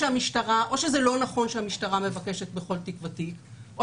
או שזה לא נכון שהמשטרה מבקשת בכל תיק ותיק או